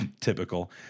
typical